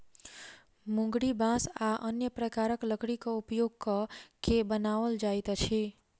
मुंगरी बाँस आ अन्य प्रकारक लकड़ीक उपयोग क के बनाओल जाइत अछि